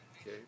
okay